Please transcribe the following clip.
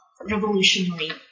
revolutionary